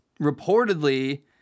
Reportedly